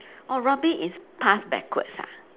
oh rugby is pass backwards ah